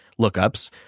lookups